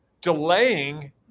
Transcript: delaying